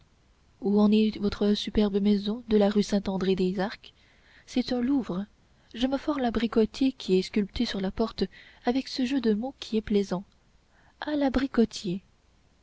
où en est votre superbe maison de la rue saint andré des arcs c'est un louvre j'aime fort l'abricotier qui est sculpté sur la porte avec ce jeu de mots qui est plaisant à labri cotier